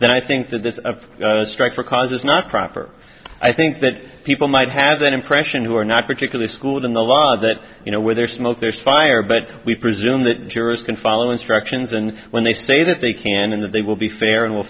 then i think that that's a stretch for cause it's not proper i think that people might have that impression who are not particularly schooled in the law that you know where there's smoke there's fire but we presume that jurors can follow instructions and when they say that they can and that they will be fair and will